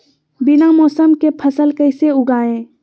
बिना मौसम के फसल कैसे उगाएं?